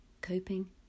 coping